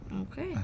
Okay